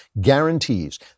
guarantees